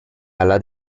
alla